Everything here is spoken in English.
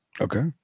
okay